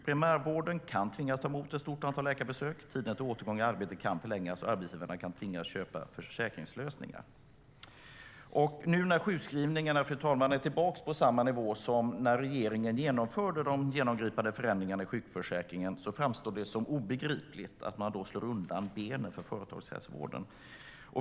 Primärvården kan tvingas att stå för ett stort antal läkarbesök, tiden för återgång i arbete kan förlängas och arbetsgivarna kan tvingas att köpa försäkringslösningar. Fru talman! Nu när sjukskrivningarna är tillbaka på samma nivå som när regeringen genomförde de genomgripande förändringarna i sjukförsäkringen framstår det som obegripligt att man slår undan benen för företagshälsovården.